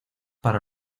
para